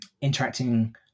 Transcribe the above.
interacting